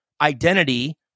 identity